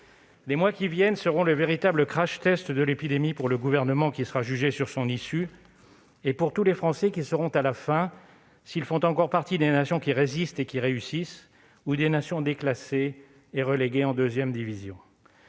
Les mois qui viennent seront le véritable de l'épidémie pour le Gouvernement, qui sera jugé sur son issue, et pour tous les Français, qui sauront à la fin s'ils font encore partie des nations qui résistent et réussissent ou des nations déclassées et reléguées en deuxième division.